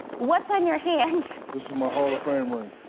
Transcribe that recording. what's on your hand? this is my hall of fame ring.